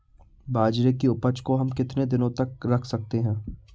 बाजरे की उपज को हम कितने दिनों तक रख सकते हैं?